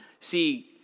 See